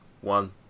one